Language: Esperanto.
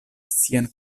sian